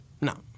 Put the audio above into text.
No